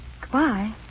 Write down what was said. Goodbye